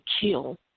kill